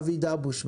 אבי דבוש,